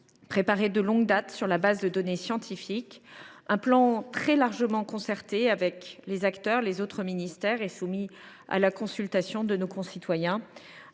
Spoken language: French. préparé de longue date, sur la base de données scientifiques ; un plan très largement concerté avec les acteurs concernés et les autres ministères, et soumis à la consultation de nos concitoyens